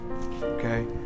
okay